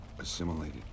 Assimilated